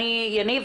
יניב,